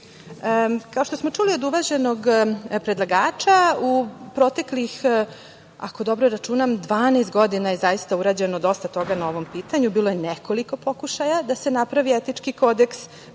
što smo čuli od uvaženog predlagača, u proteklih, ako dobro računam, 12 godina je zaista urađeno dosta toga no ovom pitanju. Bilo je nekoliko pokušaja da se napravi etički kodeks.